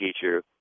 teacher